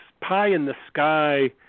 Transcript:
pie-in-the-sky